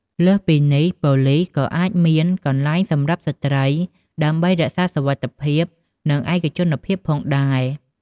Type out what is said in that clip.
លើសពីនេះ ប៉ូលិសក៏អាចមាន កន្លែងសម្រាប់ស្ត្រីដើម្បីរក្សាសុវត្ថិភាព និងឯកជនភាពផងដែរ។